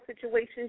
situations